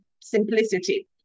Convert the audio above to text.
simplicity